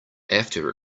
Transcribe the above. after